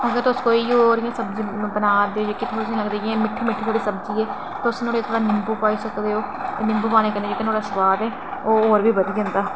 अगर तुस कोई होर इंया सब्जी बनादे ते इं'या मिट्ठी मिट्ठी सब्जी ऐ तुस नुहाड़े परा नींबू पाई सकदे ओ नुहाड़े परा जेह्ड़ा सोआद ऐ ओह् होर बी बधी जंदा